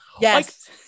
Yes